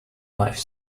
life